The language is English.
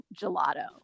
gelato